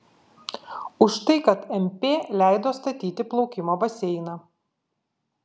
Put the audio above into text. už tai kad mp leido statyti plaukimo baseiną